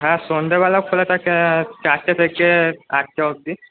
হ্যাঁ সন্ধ্যেবেলাও খোলা থাকে চারটে থেকে আটটা অবধি